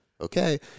okay